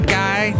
guy